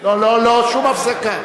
לא לא לא, שום הפסקה.